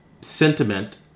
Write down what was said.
sentiment